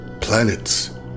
planets